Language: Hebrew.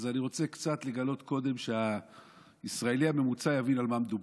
אז אני רוצה קצת לגלות קודם כדי שהישראלי הממוצע יבין על מה מדובר.